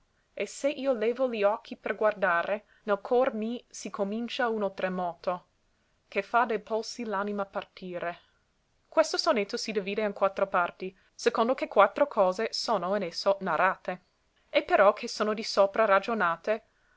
e se io levo li occhi per guardare nel cor mi si comincia uno tremoto che fa de polsi l'anima partire questo sonetto si divide in quattro parti secondo che quattro cose sono in esso narrate e però che sono di sopra ragionate